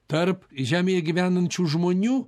tarp žemėje gyvenančių žmonių